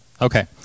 Okay